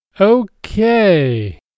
Okay